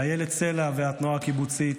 לאילת סלע והתנועה הקיבוצית,